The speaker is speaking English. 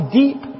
deep